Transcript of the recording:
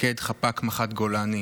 מפקד חפ"ק מח"ט גולני,